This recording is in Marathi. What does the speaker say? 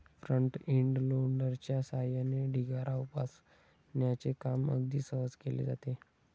फ्रंट इंड लोडरच्या सहाय्याने ढिगारा उपसण्याचे काम अगदी सहज केले जाते